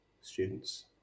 students